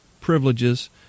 privileges